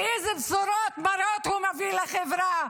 ואיזה בשורות מרות הוא מביא לחברה,